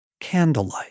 candlelight